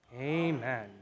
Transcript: Amen